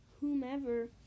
whomever